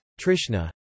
Trishna